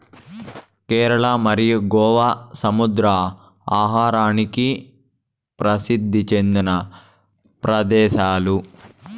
కేరళ మరియు గోవా సముద్ర ఆహారానికి ప్రసిద్ది చెందిన ప్రదేశాలు